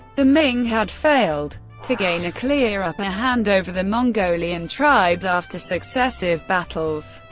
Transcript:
the ming had failed to gain a clear upper hand over the mongolian tribes after successive battles,